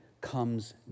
comes